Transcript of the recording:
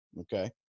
Okay